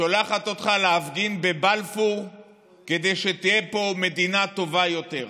שולחת אותך להפגין בבלפור כדי שתהיה פה מדינה טובה יותר.